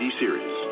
series